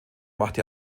machte